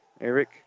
Eric